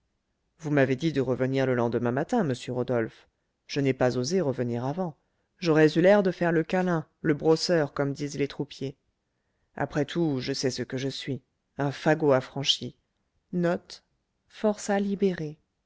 vous m'avez dit de revenir le lendemain matin monsieur rodolphe je n'ai pas osé revenir avant j'aurais eu l'air de faire le câlin le brosseur comme disent les troupiers après tout je sais ce que je suis un fagot affranchi